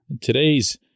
Today's